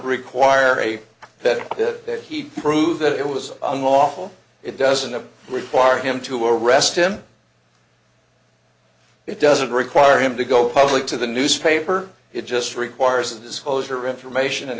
require that he prove that it was unlawful it doesn't require him to arrest him it doesn't require him to go public to the newspaper it just requires a disclosure of information and